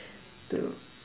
to